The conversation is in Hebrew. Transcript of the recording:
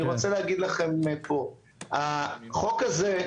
מה שעושה החוק הזה,